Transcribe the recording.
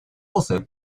also